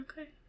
Okay